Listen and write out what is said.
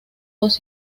dos